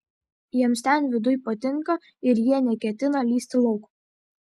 jiems ten viduj patinka ir jie neketina lįsti lauk